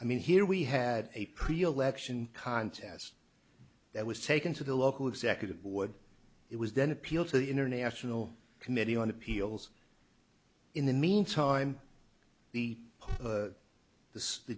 i mean here we had a pre election contest that was taken to the local executive board it was then appeal to the international committee on appeals in the mean time the the the